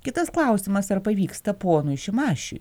kitas klausimas ar pavyksta ponui šimašiui